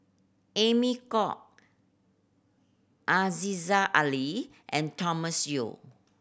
Amy Khor Aziza Ali and Thomas Yeo